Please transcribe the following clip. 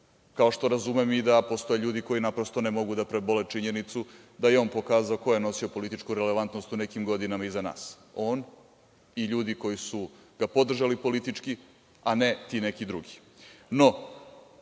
što razumem i da postoje ljudi koji naprosto ne mogu da prebole činjenicu da je on pokazao ko je nosio političku relevantnost u nekim godinama iza nas. On i ljudi koji su ga podržali politički, a ne ti neki drugi.